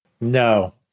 No